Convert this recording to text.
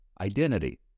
identity